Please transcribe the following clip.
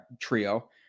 trio